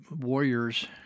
warriors